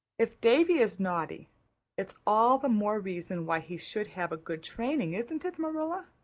if davy is naughty it's all the more reason why he should have good training, isn't it, marilla?